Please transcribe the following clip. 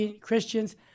Christians